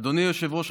אדוני היושב-ראש,